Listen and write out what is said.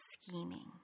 scheming